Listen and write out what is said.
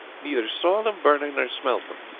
neither saw them burning nor smelt them!